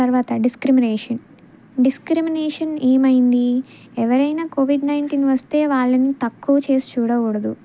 తర్వాత discrimination discrimination ఏమైంది ఎవరైనా కోవిడ్ నైన్టీన్ వస్తే వాళ్ళని తక్కువ చేసి చూడకూడదు